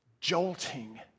jolting